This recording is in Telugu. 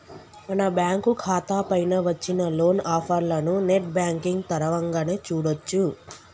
మన బ్యాంకు ఖాతా పైన వచ్చిన లోన్ ఆఫర్లను నెట్ బ్యాంకింగ్ తరవంగానే చూడొచ్చు